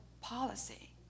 policy